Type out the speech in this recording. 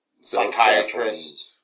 psychiatrist